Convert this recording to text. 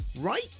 Right